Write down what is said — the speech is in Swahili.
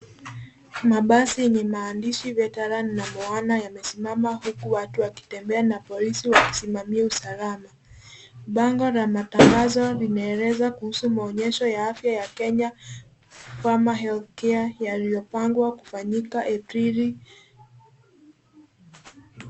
Mabasi yenye maandishi veteran na Moana yamesimama, huku watu wakitembea na polisi wakisimamia usalama. Bango la matangazo limeeleza kuhusu maonesho ya afya ya Kenya Pharma Health Care yaliyopangwa kufanyika Aprili.